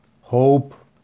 hope